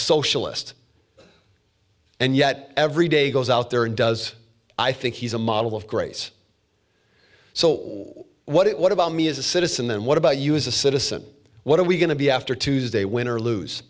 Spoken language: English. socialist and yet every day goes out there and does i think he's a model of great so what about me as a citizen and what about you as a citizen what are we going to be after tuesday win or lose